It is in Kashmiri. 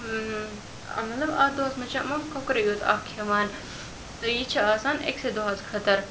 مطلب اَتھ دۄہَس منٛز چھِ یِوان کۄکرُے یوت اَکھ کھیٚوان تہٕ یہِ چھِ آسان أکسٕے دۄہَس خٲطرٕ